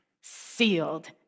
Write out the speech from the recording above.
sealed